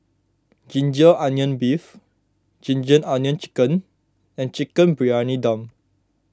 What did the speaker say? Ginger Onions Beef Ginger Onions Chicken and Chicken Briyani Dum